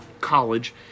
College